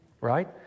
right